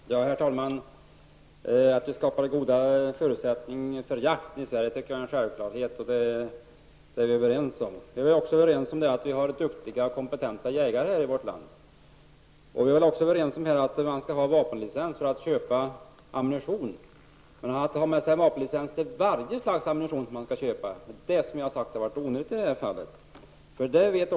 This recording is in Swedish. Herr talman! Jag tycker att det är en självklarhet att vi skall skapa goda förutsättningar för jakt i Sverige. Detta är vi överens om. Vi är också överens om att vi har duktiga och kompetenta jägare i vårt land. Vi är väl även överens om att man skall ha vapenlicens för att få köpa ammunition, men vad jag har sagt är onödigt i detta fall är att det skall vara nödvändigt att ha med sig vapenlicens för varje slags ammunition som man skall köpa.